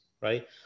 Right